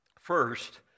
First